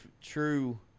true